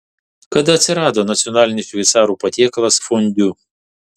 kada atsirado nacionalinis šveicarų patiekalas fondiu